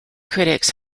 critics